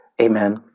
Amen